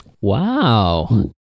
Wow